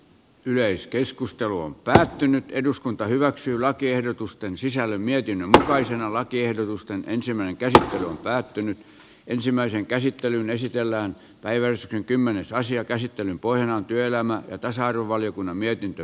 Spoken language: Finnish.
yleiskeskustelu on päättynyt eduskunta hyväksyy lakiehdotusten sisällön mietin voiko isännällä kierrosta ensimmäinen kerta kun on päätynyt ensimmäisen käsittelyn esitellään päiväysten kymmenessä asian käsittelyn pohjana on työelämä ja tasa arvovaliokunnan mietintö